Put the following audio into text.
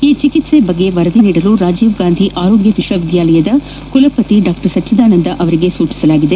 ಈ ಚಿಕಿತ್ಸೆ ಬಗ್ಗೆ ವರದಿ ನೀಡಲು ರಾಜೀವ್ ಗಾಂಧಿ ಆರೋಗ್ಯ ವಿಶ್ವವಿದ್ಯಾನಿಲಯ ಕುಲಪತಿ ಡಾ ಸಚ್ಚಿದಾನಂದ ಅವರಿಗೆ ಸೂಚನೆ ನೀಡಲಾಗಿದೆ